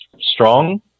strong